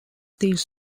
these